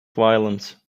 violence